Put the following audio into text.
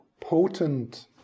potent